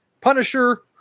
Punisher